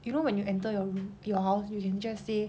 you know when you enter the your house you can just say